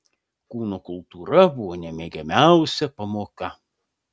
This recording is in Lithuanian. kūno kultūra buvo nemėgiamiausia pamoka